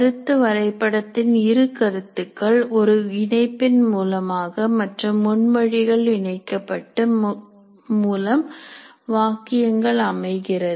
கருத்து வரைபடத்தின் இரு கருத்துக்கள் ஒரு இணைப்பின் மூலமாக மற்றும் முன்மொழிகள் இணைக்கப்பட்டது மூலம் வாக்கியங்கள் அமைகிறது